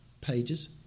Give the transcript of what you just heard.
pages